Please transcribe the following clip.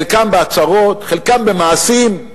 חלקם בהצהרות, חלקם במעשים,